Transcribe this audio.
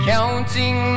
Counting